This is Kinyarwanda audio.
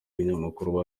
ibinyamakuru